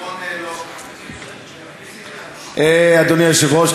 אדוני היושב-ראש,